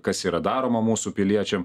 kas yra daroma mūsų piliečiam